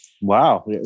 Wow